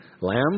Lamb